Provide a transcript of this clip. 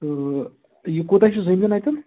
تہٕ یہِ کوٗتاہ چھُ زٔمیٖن اتیٚن